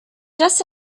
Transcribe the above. just